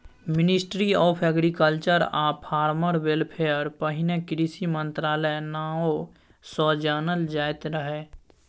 ministry of agriculture आ farmer welfare पहिने कृषि मंत्रालय नाओ सँ जानल जाइत रहय